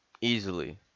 easily